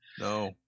No